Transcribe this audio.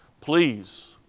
Please